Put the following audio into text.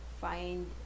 find